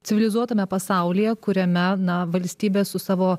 civilizuotame pasaulyje kuriame na valstybė su savo